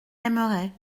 aimerait